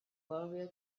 warrior